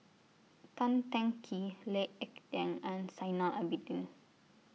Tan Teng Kee Lee Ek Tieng and Zainal Abidin